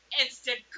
Instant